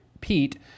Pete